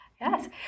Yes